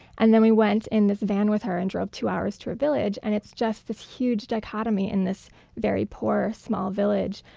and then we went in this van with her and drove two hours to her village. and it's just this huge dichotomy in this very poor, small village.